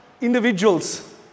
individuals